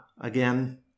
again